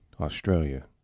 Australia